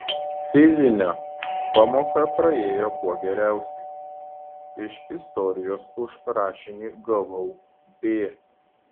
fizinio pamoka praėjo kuo geriausiai iš istorijos už rašinį gavau b